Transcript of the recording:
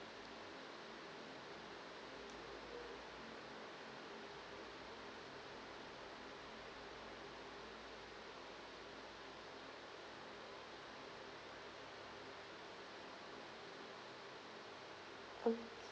okay